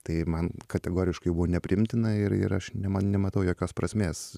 tai man kategoriškai buvo nepriimtina ir ir aš nema nematau jokios prasmės